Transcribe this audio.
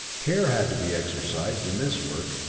care had to be exercised in this work,